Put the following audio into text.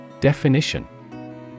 Definition